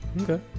okay